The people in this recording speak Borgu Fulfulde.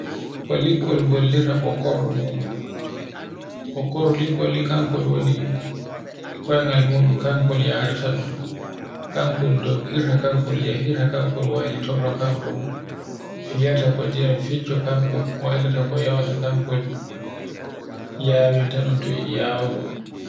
Ko likkol gollirta ɓokkordo muɗum. Bokkordo likkol ni kankol woni koyngal muɗum kankol yarata ɗum, kankol doggirta kankol yehirta, kankol waylitorto, kankol fiyota kil ndiyam fecce, kankol ɓoylita ko yawta, kankol yawinta ɗun ko yiɗi yawugo.